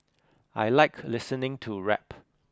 I like listening to rap